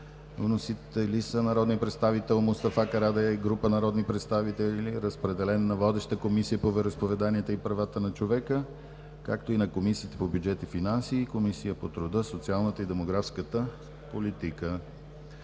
Вносители са народният представител Мустафа Карадайъ и група народни представители. Водеща е Комисията по вероизповеданията и правата на човека. Разпределен е и на Комисията по бюджет и финанси и Комисията по труда, социалната и демографската политика.